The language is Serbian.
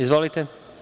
Izvolite.